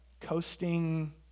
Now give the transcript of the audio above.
coasting